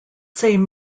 same